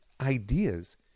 ideas